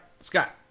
Scott